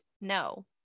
no